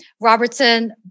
Robertson